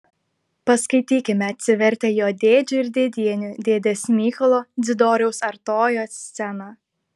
paskaitykime atsivertę jo dėdžių ir dėdienių dėdės mykolo dzidoriaus artojo sceną